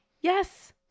Yes